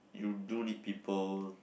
you do need people